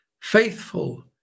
faithful